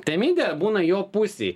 temidė būna jo pusėj